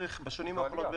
בשנים האחרונות,